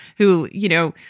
who, you know,